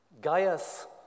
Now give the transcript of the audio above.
Gaius